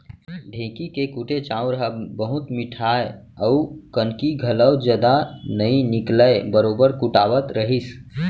ढेंकी के कुटे चाँउर ह बहुत मिठाय अउ कनकी घलौ जदा नइ निकलय बरोबर कुटावत रहिस